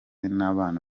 n’abana